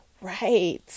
right